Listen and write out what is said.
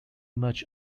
much